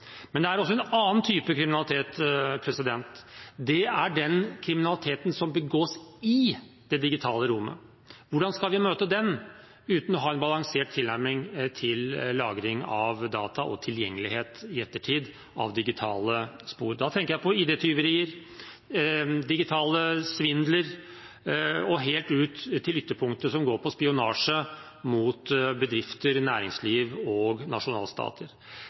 Men det er også en annen type kriminalitet. Det er den kriminaliteten som begås i det digitale rommet. Hvordan skal vi møte den uten å ha en balansert tilnærming til lagring av data og tilgjengelighet av digitale spor i ettertid? Da tenker jeg på ID-tyverier, digitale svindler og helt ut til ytterpunktet, som går på spionasje mot bedrifter, næringsliv og nasjonalstater.